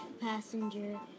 passenger